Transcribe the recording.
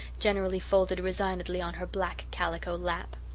generally folded resignedly on her black calico lap.